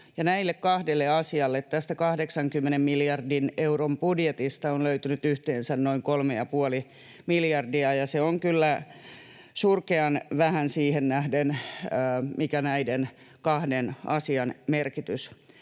näille kahdelle asialle tästä 80 miljardin euron budjetista on löytynyt yhteensä noin kolme ja puoli miljardia, ja se on kyllä surkean vähän siihen nähden, mikä näiden kahden asian merkitys on.